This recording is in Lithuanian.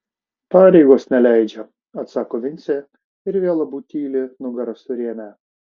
pareigos neleidžia atsako vincė ir vėl abu tyli nugaras surėmę